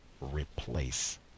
replace